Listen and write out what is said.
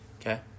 Okay